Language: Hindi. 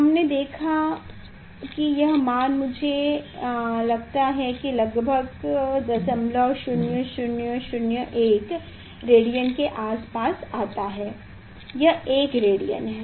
हमने देखा है कि यह मान मुझे लगता है कि यह लगभग 00001 रेडियन के आसपास आता है यह 1 रेडियन है